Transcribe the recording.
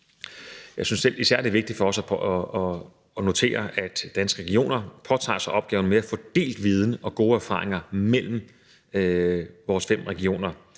Jeg synes selv, at det især er vigtigt for os at notere, at Danske Regioner påtager sig opgaven med at få delt viden og gode erfaringer mellem vores fem regioner.